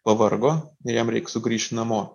pavargo ir jam reik sugrįšt namo